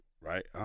right